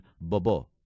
Bobo